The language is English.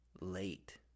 late